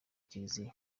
kiliziya